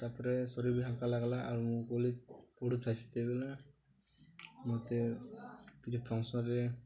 ତା'ପରେ ଶରୀର ବି ହାଲ୍କା ଲାଗ୍ଲା ଆଉ ମୁଁ ଗଲି ପଡ଼ୁଥାଏ ସେତେବେଳେ ମୋତେ କିଛି ଫଙ୍କସନ୍ରେ